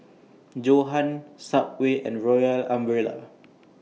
Johan Subway and Royal Umbrella